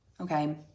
Okay